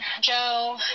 Joe